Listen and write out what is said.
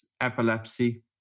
epilepsy